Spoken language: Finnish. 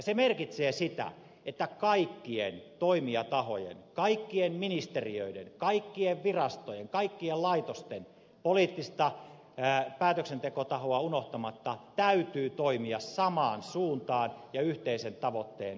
se merkitsee sitä että kaikkien toimijatahojen kaikkien ministeriöiden kaikkien virastojen kaikkien laitosten poliittista päätöksentekotahoa unohtamatta täytyy toimia samaan suuntaan ja yhteisen tavoitteen saavuttamiseksi